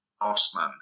Osman